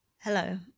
Hello